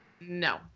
No